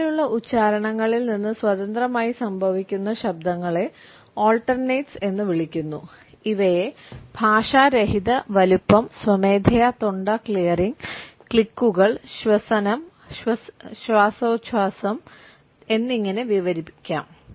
വാക്കാലുള്ള ഉച്ചാരണങ്ങളിൽ നിന്ന് സ്വതന്ത്രമായി സംഭവിക്കുന്ന ശബ്ദങ്ങളെ ഓൾട്ടർനേറ്റ്സ് ക്ലിക്കുകൾ ശ്വസനം ശ്വാസോച്ഛ്വാസം എന്നിങ്ങനെ വിവരിക്കാം